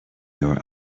your